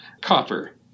Copper